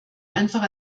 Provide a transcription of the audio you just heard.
einfach